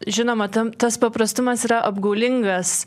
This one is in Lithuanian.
žinoma ten tas paprastumas yra apgaulingas